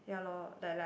ya lor like like